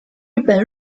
日本